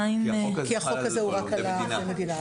כי החוק הזה הוא רק על עובדי המדינה.